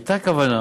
הייתה כוונה